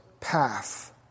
path